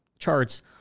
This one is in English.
Charts